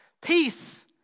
Peace